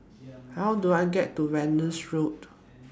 How Do I get to Venus Road